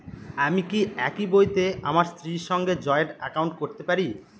আমি কি একই বইতে আমার স্ত্রীর সঙ্গে জয়েন্ট একাউন্ট করতে পারি?